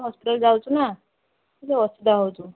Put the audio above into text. hospital ଯାଉଛୁନା ଟିକିଏ ଅସୁବିଧା ହେଉଛୁ